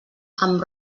amb